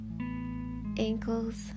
ankles